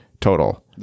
total